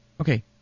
okay